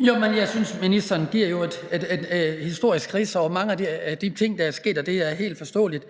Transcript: Jeg synes jo, at ministeren giver et historisk rids over mange af de ting, der er sket, og det er helt forståeligt.